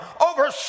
over